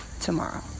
tomorrow